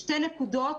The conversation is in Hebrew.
שתי נקודות,